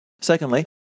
Secondly